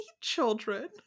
children